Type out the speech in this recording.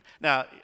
Now